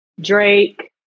Drake